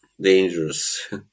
dangerous